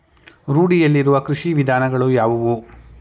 ರೂಢಿಯಲ್ಲಿರುವ ಕೃಷಿ ವಿಧಾನಗಳು ಯಾವುವು?